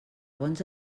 bons